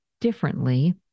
differently